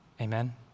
Amen